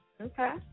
Okay